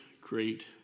great